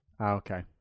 okay